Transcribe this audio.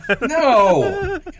No